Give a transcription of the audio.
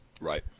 Right